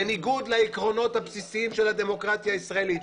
בניגוד לעקרונות הבסיסיים של הדמוקרטיה הישראלית,